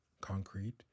Concrete